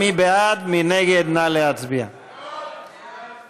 אם כן, אנחנו מצביעים בעד